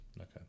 Okay